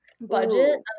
budget